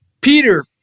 Peter